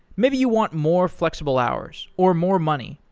maybe you want more flexible hours, or more money,